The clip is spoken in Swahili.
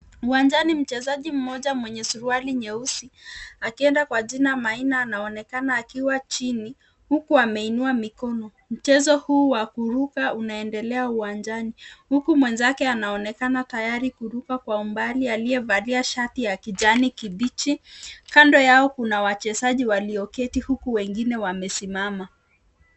Uwanjani mchezaji mmoja mwenye suruali nyeusi, akienda kwa jina Maina anaonekana akiwa chini huku ameinua mikono. Mchezo huu wa kuruka unaendelea uwanjani huku mwenzake anaonekana tayari kuruka kwa mbali aliyevalia shati ya kijani kibichi. Kando yao kuna wachezaji walioketi huku wengine wamesimama.